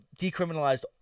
decriminalized